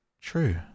True